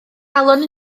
calon